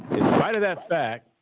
in spite of that fact,